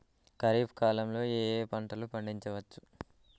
ఖరీఫ్ కాలంలో ఏ ఏ పంటలు పండించచ్చు?